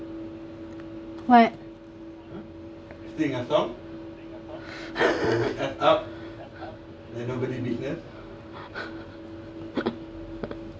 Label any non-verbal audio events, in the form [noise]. what [laughs]